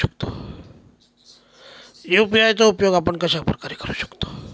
UPI चा उपयोग आपण कशाप्रकारे करु शकतो?